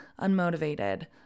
unmotivated